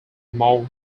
among